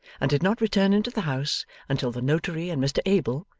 and did not return into the house until the notary and mr abel,